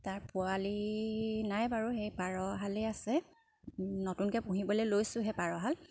তাৰ পোৱালি নাই বাৰু সেই পাৰহালেই আছে নতুনকৈ পুহিবলৈ লৈছোঁ সেই পাৰহাল